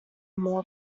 more